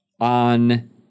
on